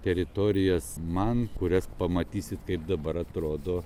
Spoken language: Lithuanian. teritorijas man kurias pamatysit kaip dabar atrodo